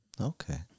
Okay